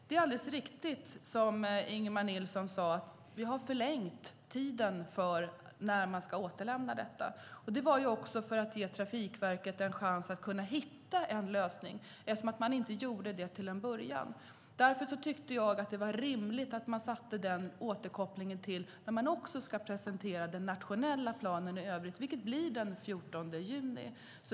Det är alldeles riktigt som Ingemar Nilsson sade att vi har förlängt tiden för när man ska återlämna detta, och det var för att ge Trafikverket en chans att kunna hitta en lösning eftersom man inte gjorde det till en början. Därför tyckte jag att det var rimligt att man satte den återkopplingen till när man också ska presentera den nationella planen i övrigt, vilket blir den 14 juni.